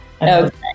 Okay